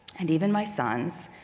and even my sons,